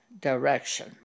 direction